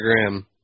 Instagram